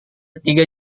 tiga